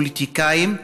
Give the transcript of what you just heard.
פוליטיקאים,